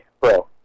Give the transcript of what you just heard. bro